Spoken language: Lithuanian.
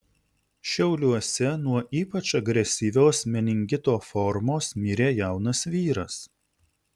šiauliuose nuo ypač agresyvios meningito formos mirė jaunas vyras